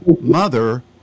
mother